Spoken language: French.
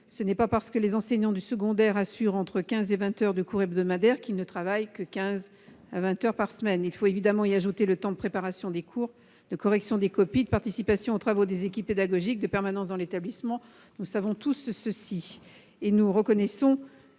ce n'est pas parce que les enseignants du secondaire assurent entre 15 et 20 heures de cours hebdomadaires qu'ils ne travaillent que 15 à 20 heures par semaine ; il faut évidemment ajouter le temps de préparation des cours, de correction des copies, de participation aux travaux des équipes pédagogiques, de permanence dans l'établissement. Nous le savons tous, comme nous savons